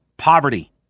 poverty